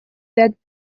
that